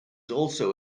also